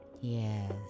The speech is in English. Yes